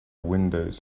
windows